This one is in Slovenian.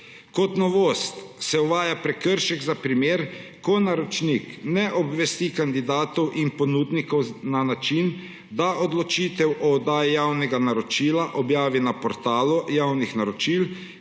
Kot novost se uvaja prekršek za primer, ko naročnik ne obvesti kandidatov in ponudnikov na način, da odločitev o oddaji javnega naročila objavi na portalu javnih naročil,